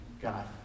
God